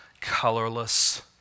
colorless